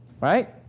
right